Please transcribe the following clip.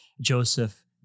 Joseph